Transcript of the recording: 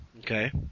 Okay